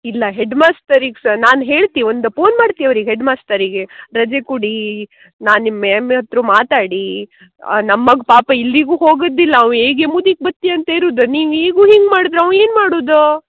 ಇಲ್ಲ ಹೆಡ್ ಮಾಸ್ಟರಿಗೆ ಸಹ ನಾನು ಹೇಳ್ತಿ ಒಂದು ಪೋನ್ ಮಾಡ್ತಿ ಅವರಿಗೆ ಹೆಡ್ ಮಾಸ್ಟರಿಗೆ ರಜೆ ಕೊಡೀ ನಾನು ನಿಮ್ಮ ಮ್ಯಾಮ್ ಹತ್ರ ಮಾತಾಡೀ ನಮ್ಮ ಮಗ ಪಾಪ ಎಲ್ಲಿಗೂ ಹೋಗೋದಿಲ್ಲ ಅವ ಈಗ ಮದುವಿಗ್ ಬತ್ತೆ ಅಂತ ಇರೋದು ನೀವು ಈಗೂ ಹಿಂಗೆ ಮಾಡಿದರೆ ಅವ ಏನು ಮಾಡೋದು